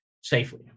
safely